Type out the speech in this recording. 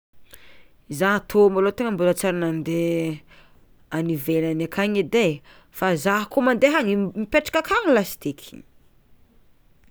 Zah tô malôha mbola tsy ary nande any ivelany akagny edy e fa zah koa mande any mipetraka akagny lasite ky.